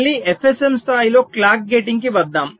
మళ్ళీ FSM స్థాయిలో clock గేటింగ్కి వద్దాం